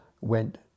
went